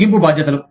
ముగింపు బాధ్యతలు